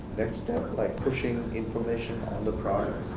next step, like pushing information on the products?